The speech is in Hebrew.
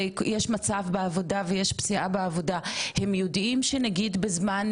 הם יודעים שנגיד בזמן פציעה או בזמן לידה או בתקופה כזאת,